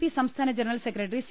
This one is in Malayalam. പി സംസ്ഥാന ജനറൽ സെക്രട്ടറി സി